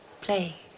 Play